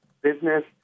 business